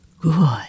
Good